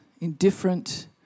indifferent